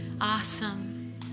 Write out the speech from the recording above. Awesome